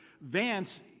Vance